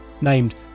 named